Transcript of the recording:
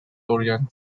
oriented